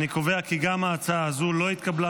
אני קובע כי גם ההצעה הזאת לא התקבלה,